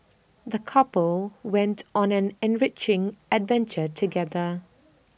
the couple went on an enriching adventure together